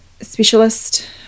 specialist